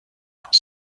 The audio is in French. dans